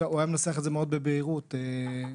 והוא היה מנסח את זה מאוד בבהירות למנוע